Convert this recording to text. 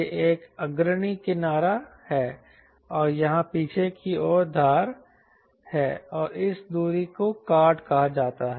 यह एक अग्रणी किनारा है और यहाँ पीछे की ओर धार है और इस दूरी को कॉर्ड कहा जाता है